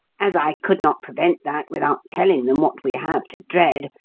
as i could not prevent that without telling them what we have to dread,